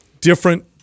different